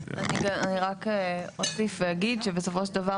אני רק אוסיף ואגיד שבסופו של דבר,